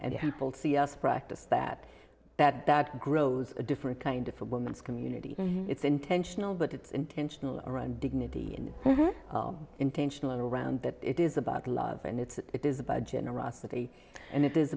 people see us practice that that that grows a different kind of a woman's community it's intentional but it's intentional around dignity and intentional around that it is about love and it's it is about generosity and it is